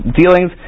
dealings